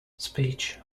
speech